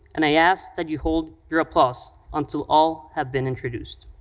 and i ask that you hold your applause until all have been introduced.